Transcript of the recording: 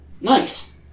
Nice